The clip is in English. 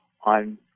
on